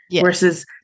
versus